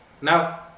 now